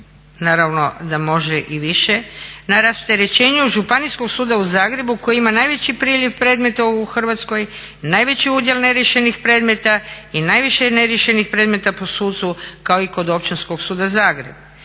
naravno da može i više, na rasterećenju Županijskog suda u Zagrebu koji ima najveći priljev predmeta u Hrvatskoj, najveći udjel neriješenih predmeta i najviše neriješenih predmeta po sucu kao i kod Općinskog suda Zagreb.